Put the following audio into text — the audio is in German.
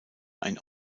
ein